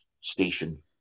station